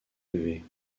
élevée